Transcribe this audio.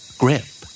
grip